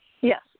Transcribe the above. Yes